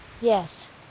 Yes